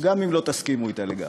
גם אם לא תסכימו אתה לגמרי.